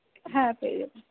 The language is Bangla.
হ্যাঁ পেয়ে যাবেন